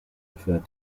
referred